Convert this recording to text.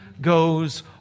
goes